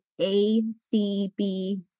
ACB